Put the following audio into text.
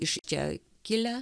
iš čia kilę